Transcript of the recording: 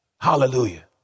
Hallelujah